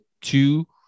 two